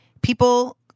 People